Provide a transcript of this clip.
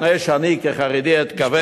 לפני שאני כחרדי אתכווץ ואיעלם,